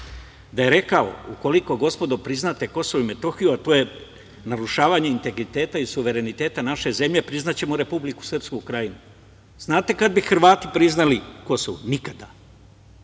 Da je rekao – ukoliko, gospodo, priznate Kosovo i Metohiju, a to je narušavanje integriteta i suvereniteta naše zemlje, priznaćemo Republiku Srpsku Krajinu. Znate kada bi Hrvati priznali Kosovo? Nikada.